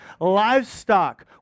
Livestock